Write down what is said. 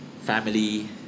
family